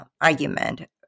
argument